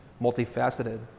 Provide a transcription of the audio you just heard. multifaceted